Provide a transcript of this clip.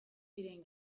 diren